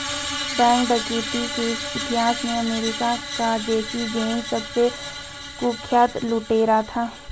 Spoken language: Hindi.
बैंक डकैती के इतिहास में अमेरिका का जैसी जेम्स सबसे कुख्यात लुटेरा था